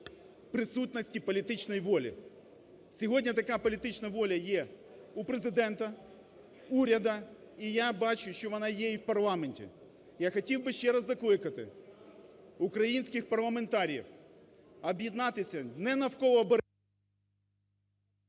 присутності політичної волі. Сьогодні така політична воля є у Президента, уряду і я бачу, що вона є і в парламенті. Я хотів би ще раз закликати українських парламентарів об'єднатися не навколо...